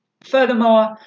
Furthermore